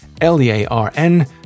L-E-A-R-N